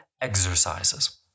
Exercises